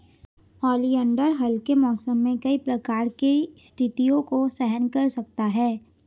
oleander हल्के मौसम में कई प्रकार की स्थितियों को सहन कर सकता है